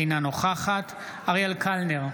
אינה נוכחת אריאל קלנר,